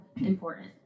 important